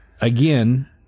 again